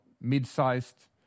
mid-sized